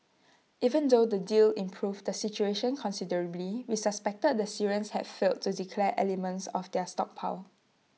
even though the deal improved the situation considerably we suspected the Syrians had failed to declare elements of their stockpile